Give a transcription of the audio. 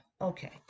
okay